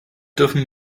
dürfen